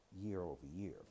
year-over-year